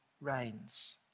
reigns